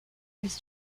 his